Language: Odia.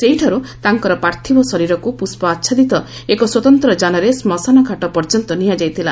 ସେହିଠାରୁ ତାଙ୍କର ପ୍ରାର୍ଥିବ ଶରୀରକୁ ପୁଷ୍ପ ଆଚ୍ଛାଦିତ ଏକ ସ୍ୱତନ୍ତ୍ର ଯାନରେ ଶ୍ଳଶାନ ଘାଟ ପର୍ଯ୍ୟନ୍ତ ନିଆଯାଇଥିଲା